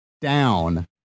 down